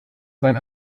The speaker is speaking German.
seien